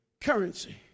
Currency